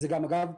אגב,